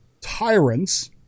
tyrants